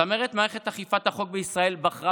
צמרת מערכת אכיפת החוק בישראל בחרה